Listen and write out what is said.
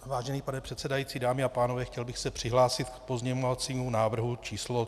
Vážený pane předsedající, dámy a pánové, chtěl bych se přihlásit k pozměňovacímu návrhu číslo 1301.